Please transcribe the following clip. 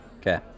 Okay